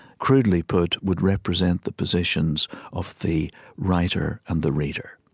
crudely put, would represent the positions of the writer and the reader.